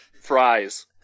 fries